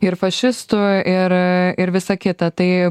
ir fašistų ir ir visą kitą tai